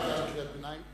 עד כאן קריאת הביניים.